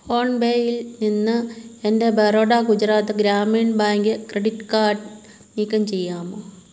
ഫോൺപേയിൽ നിന്ന് എൻ്റെ Baroda Gujarat Gramin bank credit card നീക്കം ചെയ്യാമോ